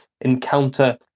encounter